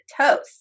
toast